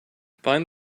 find